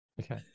Okay